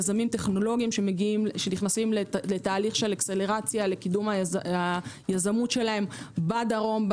יזמים טכנולוגיים שנכנסים לתהליך של אקסלרציה לקידום היזמות שלהם בדרום.